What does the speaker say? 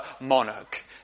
monarch